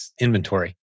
inventory